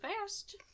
fast